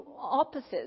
opposites